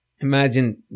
Imagine